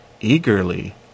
Eagerly